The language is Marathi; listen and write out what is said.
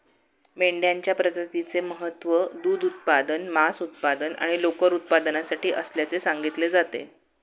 मेंढ्यांच्या प्रजातीचे महत्त्व दूध उत्पादन, मांस उत्पादन आणि लोकर उत्पादनासाठी असल्याचे सांगितले जाते